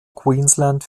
queensland